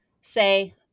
say